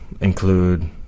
include